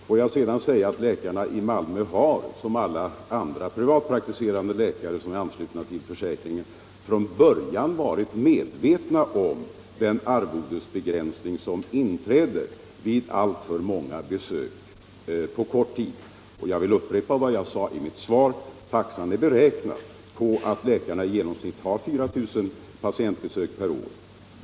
Får jag sedan säga att läkarna i Malmö, liksom alla andra privatpraktiserande läkare som är anslutna till försäkringen, redan från början har varit medvetna om den arvodesbegränsning som inträder vid alltför många besök på kort tid. Jag vill upprepa vad jag sade i mitt svar, att taxan är beräknad med hänsyn till att läkarna i genomsnitt har 4 000 patientbesök per år.